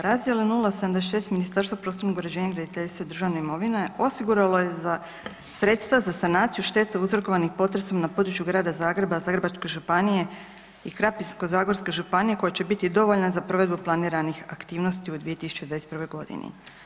Razdjela 076 Ministarstva prostornog uređenja, graditeljstva i državne imovine osiguralo je sredstva za sanaciju štete uzrokovanih potresom na području Grada Zagreba, Zagrebačke županije i Krapinsko-zagorske županije koje će biti dovoljan za provedbu planiranih aktivnosti u 2021. godini.